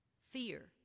fear